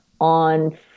on